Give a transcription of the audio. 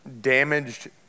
damaged